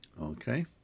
Okay